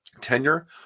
tenure